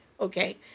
Okay